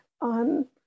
on